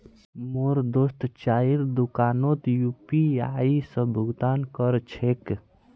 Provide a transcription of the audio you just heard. मोर दोस्त चाइर दुकानोत यू.पी.आई स भुक्तान कर छेक